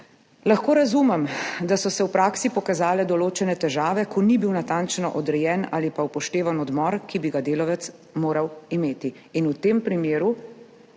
Lahko razumem, da so se v praksi pokazale določene težave, ko ni bil natančno odrejen ali pa upoštevan odmor, ki bi ga delavec moral imeti,